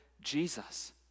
Jesus